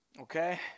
Okay